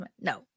No